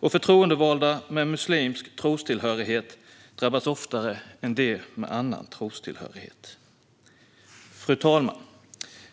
Och förtroendevalda med muslimsk trostillhörighet drabbas oftare än de som har annan trostillhörighet. Brott mot förtroende-valda Fru talman!